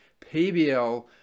PBL